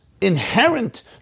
inherent